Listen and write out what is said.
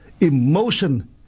emotion